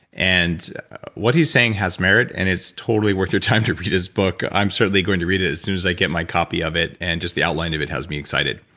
and what he's saying has merit and it's totally worth your time to read his book. i'm certainly going to read it as soon as i get my copy of it. and just the outline of it has me excited.